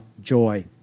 joy